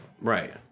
Right